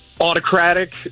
autocratic